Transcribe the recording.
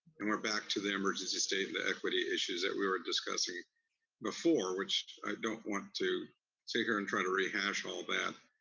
and we're back to the emergency state and the equity issues that we were ah discussing before, which i don't want to sit here and try to rehash all that.